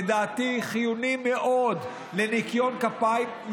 לדעתי חיוני מאוד לניקיון כפיים,